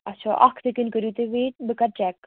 اچھا اکھ سیٚکنٛڈ کٔرِو تُہۍ ویٹ بہٕ کَرٕ چیٚک